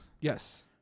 Yes